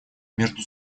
между